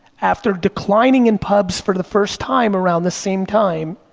after declining in pubs for the first time around the same time,